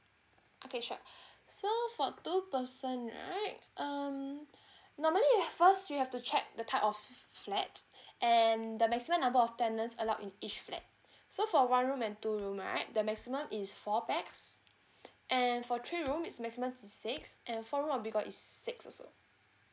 okay sure so for two person right um normally you've first you have to check the type of flat and the maximum number of tenants allowed in each flat so for one room and two room right the maximum is four pax and for three room is maximum six and four room or bigger is six also